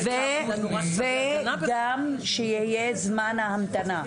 וגם שיהיה זמן ההמתנה.